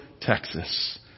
Texas